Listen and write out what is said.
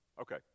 Okay